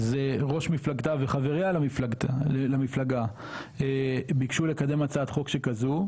אז ראש מפלגתה וחבריה למפלגה ביקשו לקדם הצעת חוק שכזו,